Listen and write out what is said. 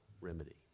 remedy